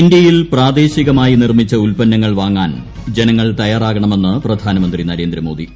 ഇന്ത്യയിൽ പ്രാദേശികമായി നിർമ്മിച്ച ഉൽപ്പന്നങ്ങൾ വാങ്ങാൻ ജനങ്ങൾ തയ്യാറാകണമെന്ന് പ്രധാനമന്ത്രി നരേന്ദ്രമോദി